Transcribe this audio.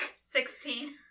Sixteen